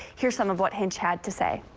here's some of what hinch had to say.